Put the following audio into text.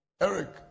Eric